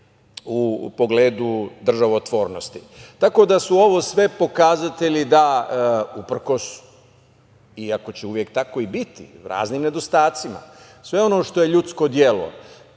u pogledu državotvornosti. Tako da su ovo sve pokazatelji da uprkos, iako će uvek tako i biti raznim nedostacima, sve ono što je ljudsko delo,